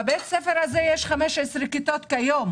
בבית הספר הזה יש 15 כיתות כיום,